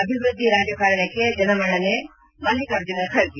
ಅಭಿವೃದ್ದಿ ರಾಜಕಾರಣಕ್ಕೆ ಜನಮನ್ನಣೆ ಮಲ್ಲಿಕಾರ್ಜುನ ಖರ್ಗೆ